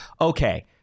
okay